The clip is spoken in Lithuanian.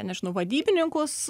nežinau vadybininkus